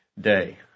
day